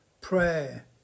prayer